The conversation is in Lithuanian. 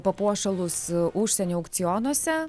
papuošalus užsienio aukcionuose